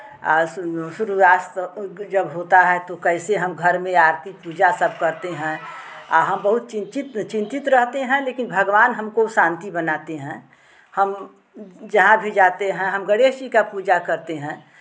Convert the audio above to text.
आ सूर्यास्त जब होता है तो कैसे हम घर में आरती पूजा सब करते हैं आ हम बहुत चिंचित चिंतित रहते हैं लेकिन भगवान हमको शांति बनाते हैं हम जहाँ भी जाते हैं हम गणेश जी का पूजा करते हैं